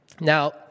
Now